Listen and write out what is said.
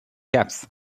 caps